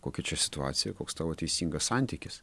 kokia čia situacija koks tavo teisingas santykis